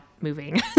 moving